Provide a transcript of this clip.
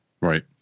Right